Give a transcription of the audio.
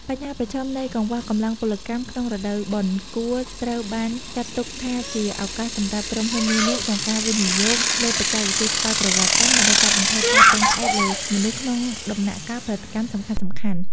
បញ្ហាប្រឈមនៃកង្វះកម្លាំងពលកម្មក្នុងរដូវបុណ្យ គួរត្រូវបានចាត់ទុកថាជាឱកាសសម្រាប់ក្រុមហ៊ុននានាក្នុងការវិនិយោគលើបច្ចេកវិទ្យាស្វ័យប្រវត្តិកម្ម ដើម្បីកាត់បន្ថយការពឹងផ្អែកលើមនុស្សក្នុងដំណាក់កាលផលិតកម្មសំខាន់ៗ។